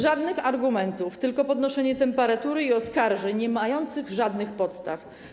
Żadnych argumentów, tylko podnoszenie temperatury i oskarżeń niemających żadnych podstaw.